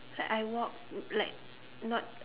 like I walk like not